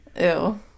Ew